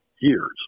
years